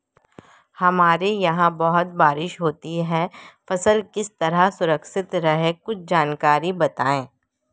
हमारे यहाँ बारिश बहुत होती है फसल किस तरह सुरक्षित रहे कुछ जानकारी बताएं?